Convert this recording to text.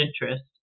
interest